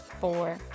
four